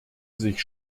sich